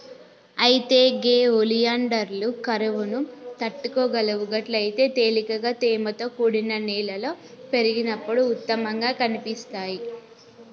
అయితే గే ఒలియాండర్లు కరువును తట్టుకోగలవు గట్లయితే తేలికగా తేమతో కూడిన నేలలో పెరిగినప్పుడు ఉత్తమంగా కనిపిస్తాయి